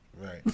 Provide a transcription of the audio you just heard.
Right